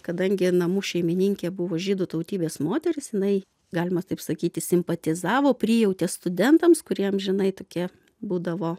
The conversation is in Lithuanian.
kadangi namų šeimininkė buvo žydų tautybės moteris jinai galima taip sakyti simpatizavo prijautė studentams kurie amžinai tokie būdavo